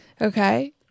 Okay